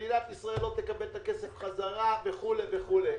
מדינת ישראל לא תקבל את הכסף חזרה וכו' וכו'.